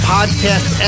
Podcast